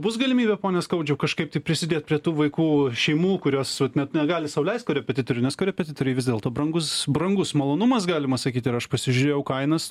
bus galimybė pone skaudžiau kažkaip tai prisidėt prie tų vaikų šeimų kurios vat net negali sau leist korepetitorių nes korepetitoriai vis dėlto brangus brangus malonumas galima sakyt ir aš pasižiūrėjau kainas